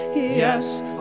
Yes